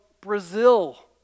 Brazil